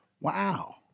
Wow